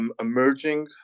emerging